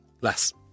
less